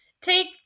take